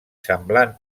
semblant